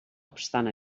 obstant